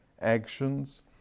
actions